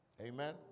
Amen